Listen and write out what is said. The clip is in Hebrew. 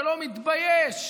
שלא מתבייש